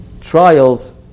Trials